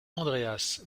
andreas